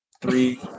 three